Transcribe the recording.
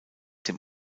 dem